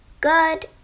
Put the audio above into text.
good